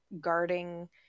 guarding